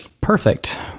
Perfect